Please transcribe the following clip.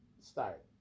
Start